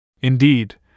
Indeed